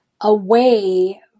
away